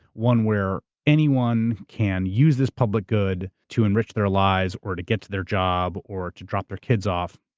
one where anyone can use this public good to enrich their lives or to get to their job or to drop their kids off.